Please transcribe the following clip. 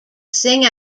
sing